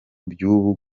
by’ubu